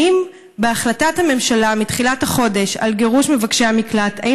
בהחלטת הממשלה מתחילת החודש על גירוש מבקשי המקלט האם